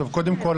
קודם כול,